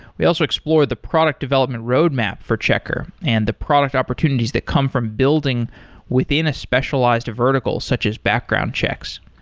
we also explore the product development roadmap for checkr and the product opportunities that come from building within a specialized vertical, such as background checks.